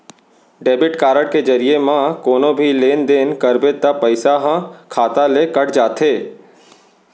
debit card के जरिये म कोनो भी लेन देन करबे त पइसा ह खाता ले कट जाथे